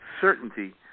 certainty